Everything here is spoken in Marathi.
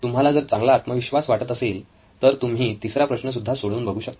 तुम्हाला जर चांगला आत्मविश्वास वाटत असेल तर तुम्ही तिसरा प्रश्न सुद्धा सोडवून बघू शकता